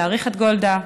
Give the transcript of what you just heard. להעריך את גולדה.